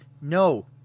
no